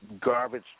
garbage